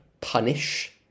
punish